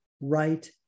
right